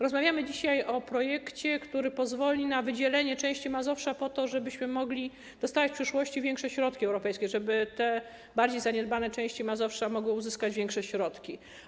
Rozmawiamy dzisiaj o projekcie, który pozwoli na wydzielenie części Mazowsza po to, żebyśmy mogli dostawać w przyszłości większe środki europejskie, żeby te bardziej zaniedbane części Mazowsza mogły uzyskać większe środki.